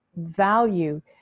value